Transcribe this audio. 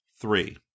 Three